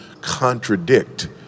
contradict